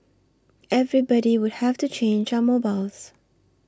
everybody would have to change our mobiles